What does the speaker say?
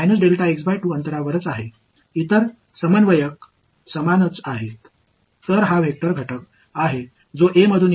எனவே இது A இலிருந்து வரும் வெக்டர் கூறு மற்றும் எனக்கு காணாமல் போன ஒரே விஷயமான மேற்பரப்பு பகுதி இப்போது தேவை